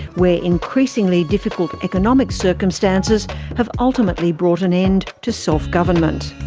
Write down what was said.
where increasingly difficult economic circumstances have ultimately brought an end to self-government.